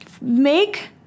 make